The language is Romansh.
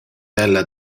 ella